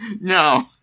No